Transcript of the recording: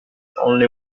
only